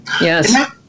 Yes